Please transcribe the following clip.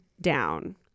down